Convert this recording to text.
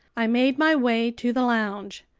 i made my way to the lounge.